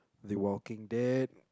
the Walking Dead